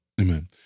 Amen